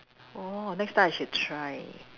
oh next time I should try